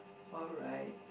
alright